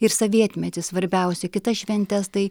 ir sovietmety svarbiausia kitas šventes tai